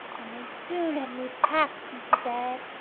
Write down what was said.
and they soon had me packed into bed